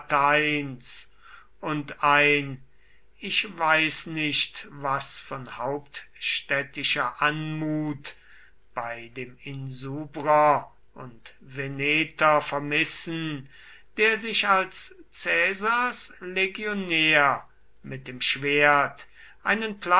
und ein ich weiß nicht was von hauptstädtischer anmut bei dem insubrer und veneter vermissen der sich als caesars legionär mit dem schwert einen